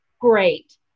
Great